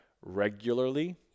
regularly